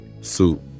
soup